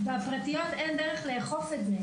בפרטיות אין דרך לאכוף את זה.